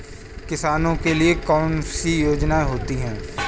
किसानों के लिए कौन कौन सी योजनायें होती हैं?